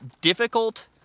difficult